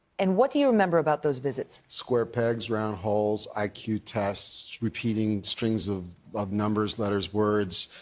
and what do you remember about those visits? square pegs, round holes. i q. tests, repeating strings of numbers, letters, words.